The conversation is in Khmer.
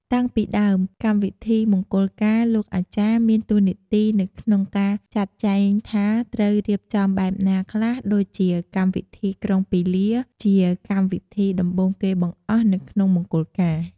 តាំងពីដើមកម្មវិធីមង្គលការលោកអាចារ្យមានតួនាទីនៅក្នុងការចាក់ចែងថាត្រូវរៀបចំបែបណាខ្លះដូចជាកម្មវិធីក្រុងពាលី ជាកម្មវិធីដំបូងគេបង្អស់នៅក្នុងមង្គលការ។